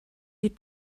you